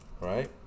Right